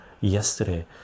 yesterday